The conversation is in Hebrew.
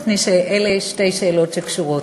מפני שאלה שתי שאלות שקשורות.